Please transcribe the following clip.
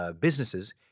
businesses